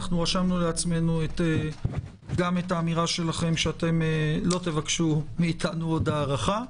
רשמנו לפנינו גם את האמירה שלכם שלא תבקשו מאתנו עוד הארכה,